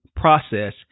process